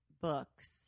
books